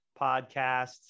podcasts